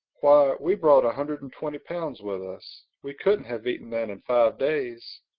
why, we brought a hundred and twenty pounds with us. we couldn't have eaten that in five days.